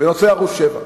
בנושא ערוץ-7.